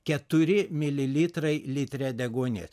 keturi mililitrai litre deguonies